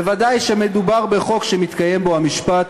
ודאי שמדובר בחוק שמתקיים בו המשפט